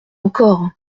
encore